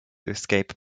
escape